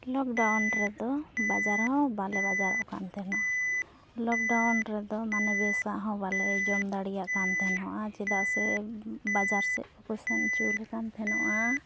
lockdown ᱨᱮᱫᱚ ᱵᱟᱡᱟᱨᱦᱚᱸ ᱵᱟᱞᱮ ᱵᱟᱡᱟᱨᱚᱜ ᱠᱟᱱ ᱛᱟᱦᱮᱱᱚᱜᱼᱟ ᱞᱚᱠᱰᱟᱣᱱ ᱨᱮᱫᱚ ᱢᱟᱱᱮ ᱵᱮᱥᱟᱜ ᱦᱚᱸ ᱵᱟᱞᱮ ᱡᱚᱢ ᱫᱟᱲᱮᱭᱟᱜ ᱠᱟᱱ ᱛᱟᱦᱮᱱᱚᱜᱼᱟ ᱪᱮᱫᱟᱜ ᱥᱮ ᱵᱟᱡᱟᱨ ᱥᱮᱫ ᱵᱟᱠ ᱥᱮᱱ ᱚᱪᱚᱣᱟᱞᱮᱠᱟᱱ ᱛᱮᱦᱮᱱᱚᱜᱼᱟ